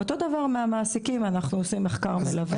ואותו דבר מהמעסיקים, אנחנו עורכים מחקר מלווה.